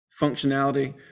functionality